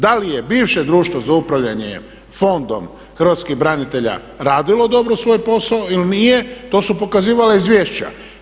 Da li je bivše društvo za upravljanje Fondom hrvatskih branitelja radilo dobro svoj posao ili nije, to su pokazivala izvješća.